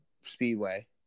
Speedway